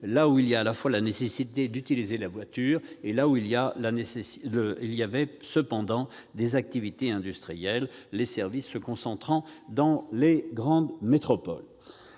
compatriotes ressentent la nécessité d'utiliser la voiture, mais où il y avait cependant des activités industrielles, les services se concentrant dans les grandes métropoles.